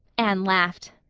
anne laughed.